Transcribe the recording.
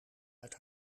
uit